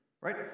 Right